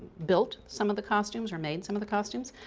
built some of the costumes, or made some of the costumes.